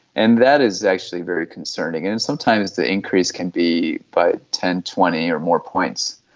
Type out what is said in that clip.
and that is actually very concerning, and sometimes the increase can be by ten, twenty or more points.